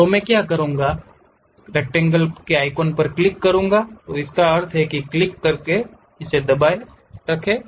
तो मैं क्या करूँगा क्लिक रक्टैंगल के कोनो को क्लिक करूंगा तो क्लिक का अर्थ है क्लिक करें इसे दबाए रखें